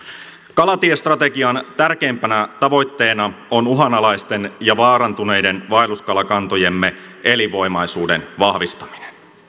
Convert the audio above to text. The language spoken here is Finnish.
kalatiestrategian tärkeimpänä tavoitteena on uhanalaisten ja vaarantuneiden vaelluskalakantojemme elinvoimaisuuden vahvistaminen